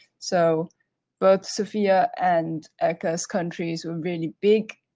so both sophia and eka's countries were really big,